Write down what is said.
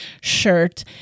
shirt